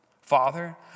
Father